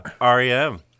rem